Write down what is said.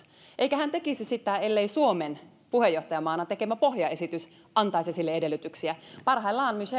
eikä hän tekisi sitä ellei suomen puheenjohtajamaana tekemä pohjaesitys antaisi sille edellytyksiä parhaillaan michel